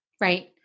Right